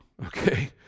Okay